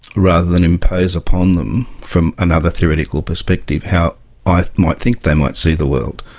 rather than impose upon them from another theoretical perspective how i might think they might see the world.